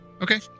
Okay